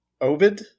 Ovid